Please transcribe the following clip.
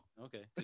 Okay